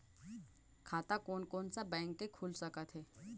खाता कोन कोन सा बैंक के खुल सकथे?